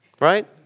right